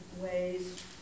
ways